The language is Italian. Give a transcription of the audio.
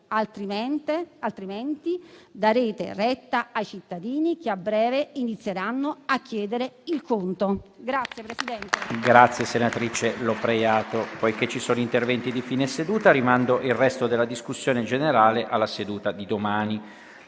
Altrimenti, darete retta ai cittadini, che a breve inizieranno a chiedere il conto.